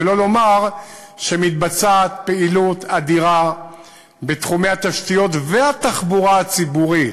ולא לומר שמתבצעת פעילות אדירה בתחומי התשתיות והתחבורה הציבורית.